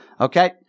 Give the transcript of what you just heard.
okay